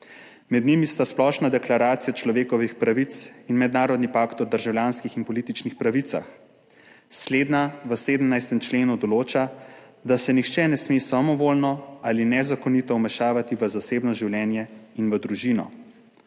Med njimi sta Splošna deklaracija človekovih pravic in Mednarodni pakt o državljanskih in političnih pravicah. Slednji v 17. členu določa, da se nihče ne sme samovoljno ali nezakonito vmešavati v zasebno življenje in v družino.